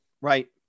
Right